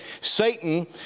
Satan